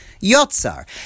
Yotzar